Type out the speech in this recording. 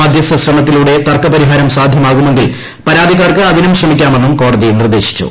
മധ്യസ്ഥ ശ്രമത്തിലൂടെ തർക്ക പരിഹാരം സാധ്യമാകുമെങ്കിൽ പരാതിക്കാർക്ക് അതിനും ശ്രമിക്കാമെന്നും കോടതി നിർദ്ദേശിച്ചു